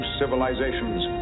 civilizations